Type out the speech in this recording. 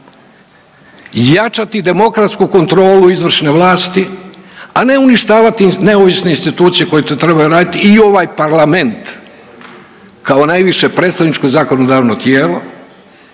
jačati demokratsku kontrolu izvršne vlasti, a ne uništavati neovisne institucije koje to trebaju raditi i ovaj Parlament kao najviše predstavničko zakonodavno tijelo,